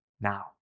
now